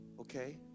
Okay